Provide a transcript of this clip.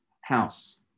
house